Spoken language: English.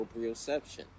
proprioception